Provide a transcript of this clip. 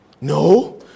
No